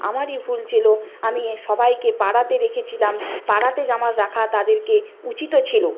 আমারই ভুল ছিল আমি এ সবাইকে পাড়াতে রেখেছিলাম পাড়াতেই আমার রাখা তাদেরকে উচিতও ছিল